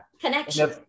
connection